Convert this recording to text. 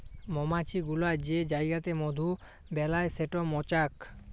মমাছি গুলা যে জাইগাতে মধু বেলায় সেট মচাক